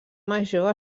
major